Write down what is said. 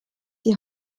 die